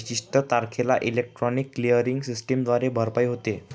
विशिष्ट तारखेला electronic clearing सिस्टमद्वारे भरपाई होते